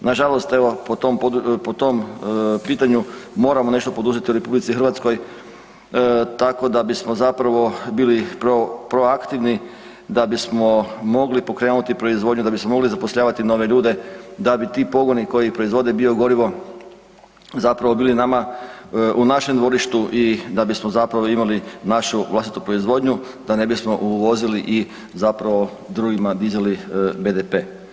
Nažalost evo po tom pitanju moramo nešto poduzeti u RH tako da bismo zapravo bili proaktivni, da bismo mogli pokrenuti proizvodnju, da bismo mogli zapošljavati nove ljude, da bi ti pogoni koji proizvode biogorivo zapravo bili nama u našem dvorištu i da bismo zapravo imali našu vlastitu proizvodnju, da ne bismo uvozili i zapravo drugima dizali BDP.